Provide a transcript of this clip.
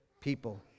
people